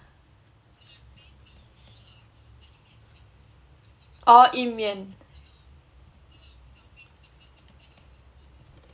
orh 一面